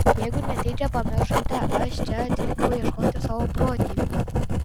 jeigu netyčia pamiršote aš čia atvykau ieškoti savo protėvių